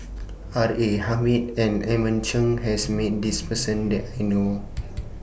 R A Hamid and Edmund Cheng has Met This Person that I know of